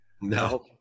No